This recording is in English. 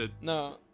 No